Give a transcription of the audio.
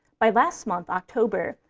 by last month, october,